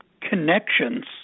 connections